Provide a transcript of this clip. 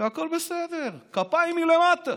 והכול בסדר, כפיים מלמטה.